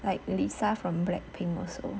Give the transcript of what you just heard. like lisa from black pink also